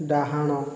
ଡାହାଣ